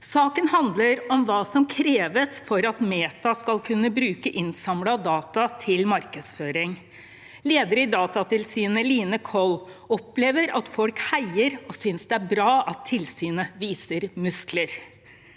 Saken handler om hva som kreves for at Meta skal kunne bruke innsamlet data til markedsføring. Lederen i Datatilsynet, Line Coll, opplever at folk heier og synes det er bra at tilsynet viser muskler.